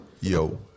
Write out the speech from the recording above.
yo